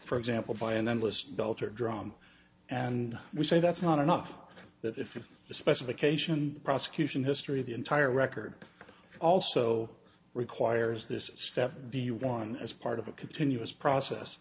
for example by an endless beltre drum and we say that's not enough that if the specification the prosecution history of the entire record also requires this step be one as part of a continuous process